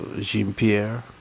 Jean-Pierre